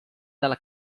dalla